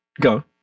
go